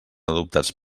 adoptats